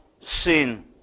sin